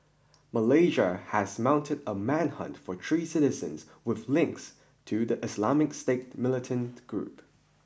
Malaysia has mounted a manhunt for three citizens with links to the Islamic State militant group